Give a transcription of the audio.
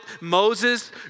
Moses